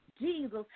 Jesus